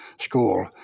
school